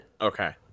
Okay